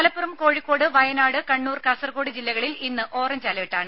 മലപ്പുറം കോഴിക്കോട് വയനാട് കണ്ണൂർ കാസർകോട് ജില്ലകളിൽ ഇന്ന് ഓറഞ്ച് അലർട്ടാണ്